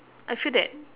I feel that